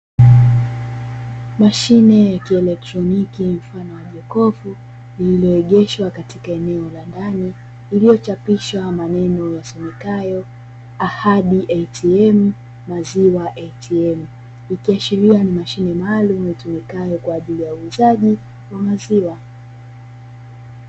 Mashine ya kielektroniki mfano wa jokofu lililegeshwa katika eneo la ndani iliyochapishwa maneno ya serikali Ahadi atm Maziwa atm ikiashiria ni mashine maalumu imetumikayo kwa ajili ya uuzaji wa maziwa.